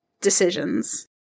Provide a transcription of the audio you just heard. Decisions